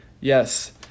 Yes